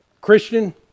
Christian